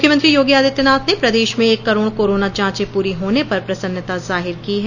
मुख्यमंत्री योगी आदित्यनाथ ने प्रदेश में एक करोड़ कोरोना जांचे पूरी होने पर प्रसन्नता जाहिर की है